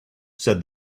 said